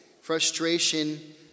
frustration